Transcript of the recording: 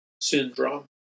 syndrome